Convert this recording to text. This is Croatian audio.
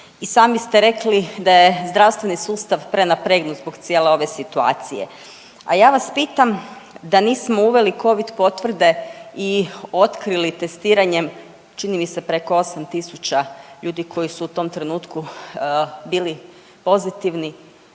i sami ste rekli da je zdravstveni sustav prenapregnut zbog cijele ove situacije. A ja vas pitam da nismo uveli covid potvrde i otkrili testiranjem čini mi se preko 8 tisuća ljudi koji su u tom trenutku bili pozitivni